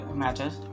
matches